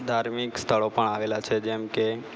ધાર્મિક સ્થળો પણ આવેલા છે જેમ કે